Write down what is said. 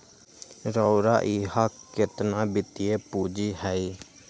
रउरा इहा केतना वित्तीय पूजी हए